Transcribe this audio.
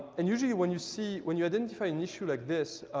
and usually when you see when you identify an issue like this,